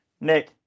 Nick